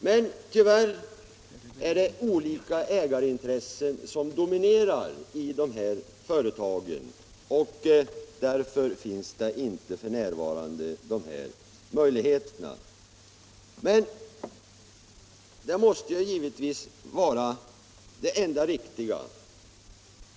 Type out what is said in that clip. Men tyvärr är det olika ägarintressen som dominerar i de här företagen och därför finns f.n. inte dessa möjligheter.